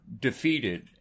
defeated